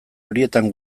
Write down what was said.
horietan